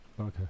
Okay